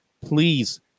Please